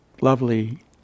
lovely